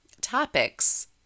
topics